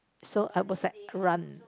so I was like run